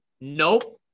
Nope